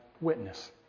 witness